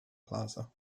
plaza